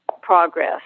progress